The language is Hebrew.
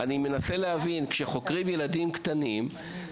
אף ילד עד גיל 14. אנחנו מדברים בחקירות ילדים עד גיל 14,